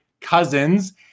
cousins